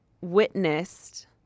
Witnessed